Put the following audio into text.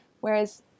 Whereas